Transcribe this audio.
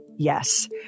Yes